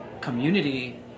community